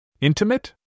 Intimate